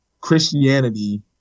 Christianity